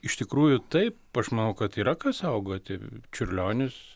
iš tikrųjų taip aš manau kad yra ką saugoti čiurlionis